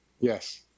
Yes